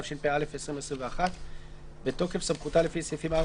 התשפ"א-2021 בתוקף סמכותה לפי סעיפים 4,